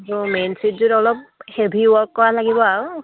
আৰু মেইন চিটযোৰত অলপ হেভি ৱৰ্ক কৰা লাগিব আৰু